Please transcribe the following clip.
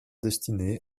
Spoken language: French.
destinées